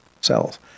cells